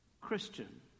Christian